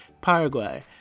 Paraguay